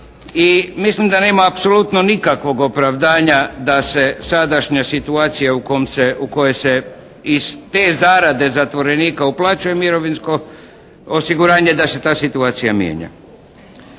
I mislim da nema apsolutno nikakvog opravdanja da se sadašnja situacija u kojoj se iz te zarade zatvorenika uplaćuje mirovinsko osiguranje da se ta situacija mijenja.